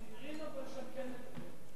אבל הצעירים שם כן מדברים.